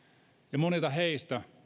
ja monilta heistä